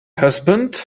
husband